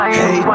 hey